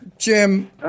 Jim